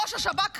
ראש השב"כ,